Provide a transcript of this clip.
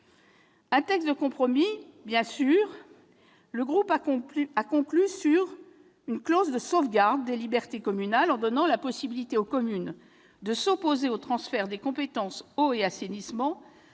d'un texte de compromis. Le groupe de travail a conclu sur une clause de sauvegarde des libertés communales en donnant la possibilité aux communes de s'opposer au transfert des compétences « eau » et « assainissement